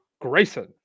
Grayson